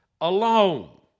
alone